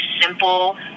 simple